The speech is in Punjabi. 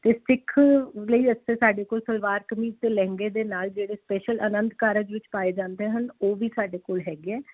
ਅਤੇ ਸਿੱਖ ਲਈ ਇੱਥੇ ਸਾਡੇ ਕੋਲ ਸਲਵਾਰ ਕਮੀਜ਼ ਅਤੇ ਲਹਿੰਗੇ ਦੇ ਨਾਲ ਜਿਹੜੇ ਸਪੈਸ਼ਲ ਅਨੰਦ ਕਾਰਜ ਵਿੱਚ ਪਾਏ ਜਾਂਦੇ ਹਨ ਉਹ ਵੀ ਸਾਡੇ ਕੋਲ ਹੈਗੇ ਅਤੇ